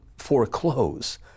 foreclose